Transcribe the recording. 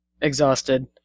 exhausted